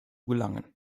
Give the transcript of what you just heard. gelangen